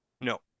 No